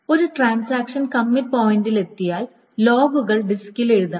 ഒരു transaction commit പോയിന്റിൽ എത്തിയാൽ ലോഗുകൾ ഡിസ്കിൽ എഴുതണം